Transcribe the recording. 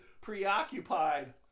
preoccupied